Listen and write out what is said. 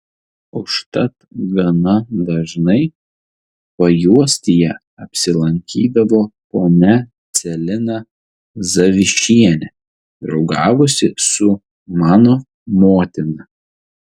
užtat gana dažnai pajuostyje apsilankydavo ponia celina zavišienė draugavusi su mano motina